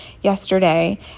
yesterday